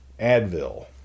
Advil